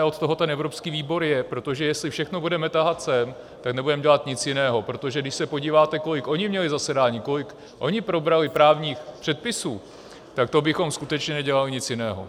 Od toho ten evropský výbor je, protože jestli všechno budeme tahat sem, tak nebudeme dělat nic jiného, protože když se podíváte, kolik oni měli zasedání, kolik probrali právních předpisů, tak to bychom skutečně nedělali nic jiného.